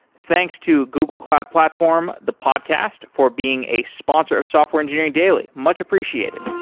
thanks to google cloud platform, the podcast, for being a sponsor of software engineering daily. much appreciated.